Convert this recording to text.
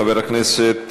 חבר הכנסת